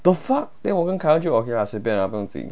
the fuck then 我跟 kai wen 就 like 随便 lah 不用紧